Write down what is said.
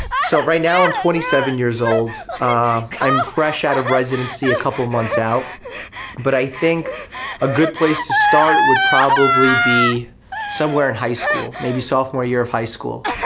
so right now i'm twenty seven years old um i'm fresh out of residency a couple of months out but i think a good place to start would probably be somewhere in high school. maybe sophomore year of high school.